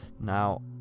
now